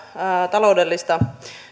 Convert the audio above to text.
taloudellista